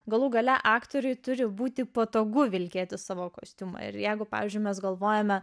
galų gale aktoriui turi būti patogu vilkėti savo kostiumą ir jeigu pavyzdžiui mes galvojame